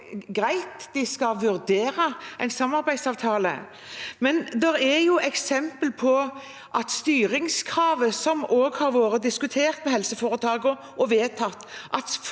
Svaret er greit, de skal vurdere en samarbeidsavtale. Det er imidlertid eksempler på at styringskravet – som har vært diskutert med helseforetakene og vedtatt